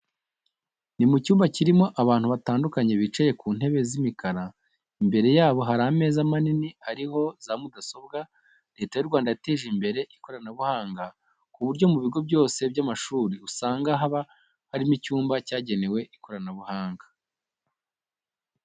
Ni mu cyumba kirimo abantu batandukanye bicaye mu ntebe z'imikara, imbere yabo hari ameza manini ariho za mudasobwa. Leta y'u Rwanda yateje imbere ikoranabuhanga ku buryo mu bigo byose by'amashuri usanga haba harimo icyumba cyagenewe ikoranabuhanga.